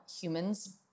humans